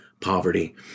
poverty